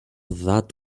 that